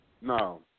No